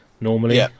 normally